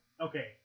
okay